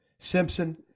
Simpson